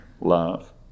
love